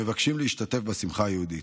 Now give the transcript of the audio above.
שמבקשים להשתתף בשמחה היהודית.